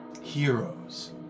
heroes